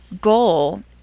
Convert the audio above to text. goal